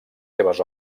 seves